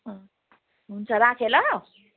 हुन्छ राखेँ ल